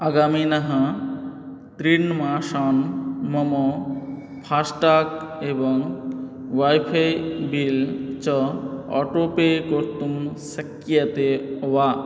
अगामिनः त्रीणि मासान् मम फाश्टाग् एवंं वैफै बिल् च आटो पे कर्तुं शक्यते वा